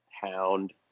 Hound